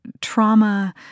trauma